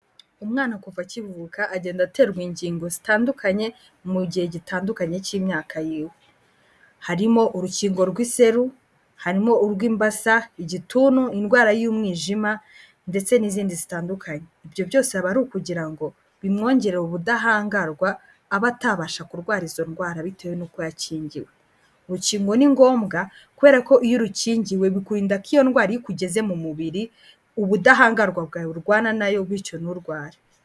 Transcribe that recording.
Umwana kuva akivuka agenda aterwa ingingo zitandukanye mu gihe gitandukanye cy'imyaka yiwe. Harimo urukingo rw'iseru. Harimo urw'imbasa, igituntu, indwara y'umwijima ndetse n'izindi zitandukanye. Ibyo byose aba ari ukugira ngo bimwongerere ubudahangarwa abe atabasha kurwara izo ndwara bitewe n'uko yakingiwe. Urukingo ni ngombwa kubera ko iyo urukingiwe bikurinda ko iyo ndwara ikugeze mu mubiri ubudahangarwa bwawe burwana na yo. Bityo nturware.